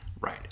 Right